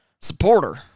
supporter